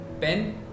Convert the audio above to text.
pen